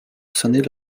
sonner